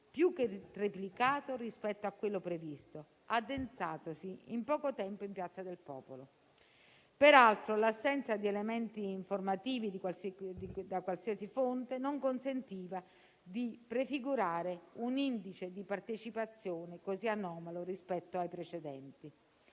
più che triplicato rispetto a quello previsto, addensatosi in poco tempo in Piazza del Popolo. Peraltro, l'assenza di elementi informativi da qualsiasi fonte non consentiva di prefigurare un indice di partecipazione così anomalo rispetto ai precedenti.